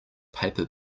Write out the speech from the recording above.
paper